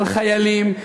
על חיילים,